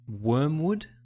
Wormwood